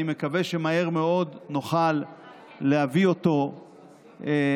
אני מקווה שמהר מאוד נוכל להביא אותו לכנסת.